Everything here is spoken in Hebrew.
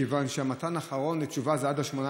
מכיוון שהמועד האחרון לתשובה זה עד 18